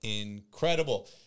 Incredible